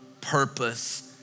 purpose